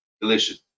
delicious